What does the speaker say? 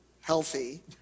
healthy